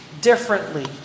differently